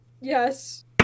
Yes